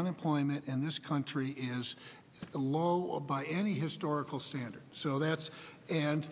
unemployment in this country is a lot by any historical standard so that's and